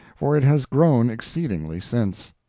for it has grown exceedingly since.